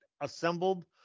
assembled